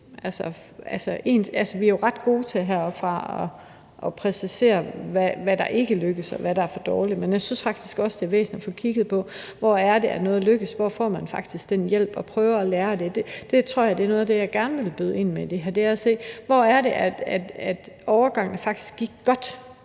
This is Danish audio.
Vi er ret gode til heroppefra at præcisere, hvad der ikke lykkes, og hvad der er for dårligt, men jeg synes faktisk også, det er væsentligt at få kigget på, hvor det er, at noget er lykkedes, og hvor man faktisk får den hjælp. Og vi skal prøve at lære af det. Det tror jeg er noget af det, jeg gerne vil byde ind med, altså se på, hvor det er, at overgangen faktisk gik godt.